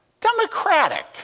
Democratic